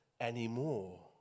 anymore